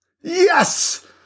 Yes